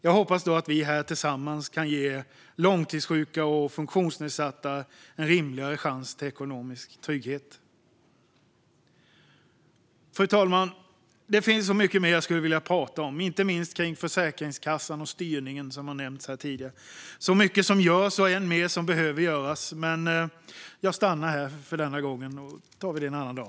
Jag hoppas att vi här tillsammans då kan ge långtidssjuka och funktionsnedsatta en rimligare chans till ekonomisk trygghet. Fru talman! Det finns så mycket mer jag skulle vilja prata om, inte minst när det gäller Försäkringskassan och styrningen, som har nämnts här tidigare. Det är så mycket som görs och än mer som behöver göras, men jag stannar här för denna gång och tar det en annan dag.